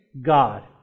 god